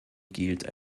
gilt